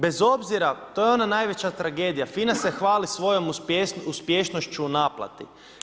Bez obzira, to je ona najveća tragedija, FINA se hvali svojom uspješnošću u naplati.